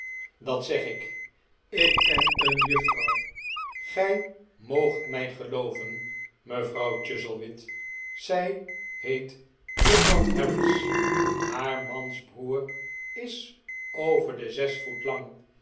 dat zeg ik ik ken een juffrouw gij moogt mij gelooven mevrouw chuzzlewit zij heet juffrouw harris haar mans broer is over de zes voet lang